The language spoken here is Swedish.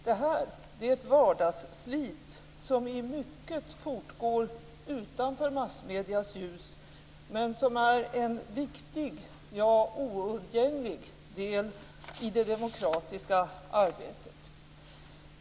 Det är ett vardagsslit, som i mycket fortgår utanför massmedias ljus men som är en viktig, ja oundgänglig del i det demokratiska arbetet.